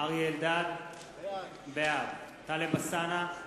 אריה אלדד, בעד טלב אלסאנע,